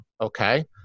Okay